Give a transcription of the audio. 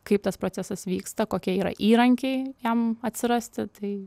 kaip tas procesas vyksta kokie yra įrankiai jam atsirasti tai